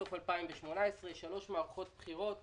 בסוף 2018 ושלוש מערכות בחירות לכנסת.